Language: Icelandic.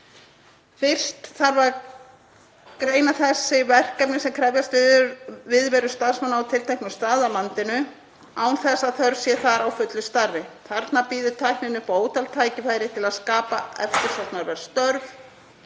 Fyrst þarf að greina þessi verkefni sem krefjast viðveru starfsmanna á tilteknum stað á landinu án þess að þörf sé þar á fullu starfi. Þarna býður tæknin upp á ótal tækifæri til að skapa eftirsóknarverð störf,